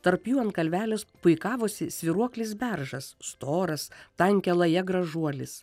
tarp jų ant kalvelės puikavosi svyruoklis beržas storas tankia laja gražuolis